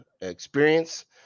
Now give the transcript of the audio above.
experience